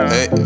Hey